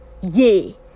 Yay